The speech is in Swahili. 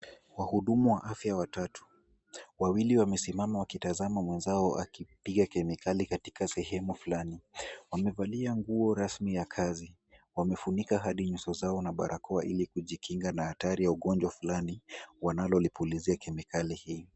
Wahudumu waa afya watatu, wawili wamesimama wakitazama mwenzao akipiga kemikali katika sehemu flani Wamevalia nguo rasmi ya kazi wamefunika hadi nyuso zao na barakoa ili kujikinga na hatari ya ugonjwa flani wanalo lipulizia kemikali hii.